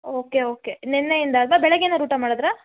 okay okay ನೆನ್ನೆಯಿಂದ ಅಲ್ಲವಾ ಬೆಳಗ್ಗೆ ಏನಾರೂ ಊಟ ಮಾಡಿದ್ರಾ